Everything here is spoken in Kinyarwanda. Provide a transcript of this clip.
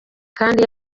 kandi